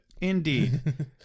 Indeed